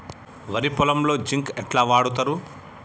వరి పొలంలో జింక్ ఎట్లా వాడుతరు?